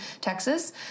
texas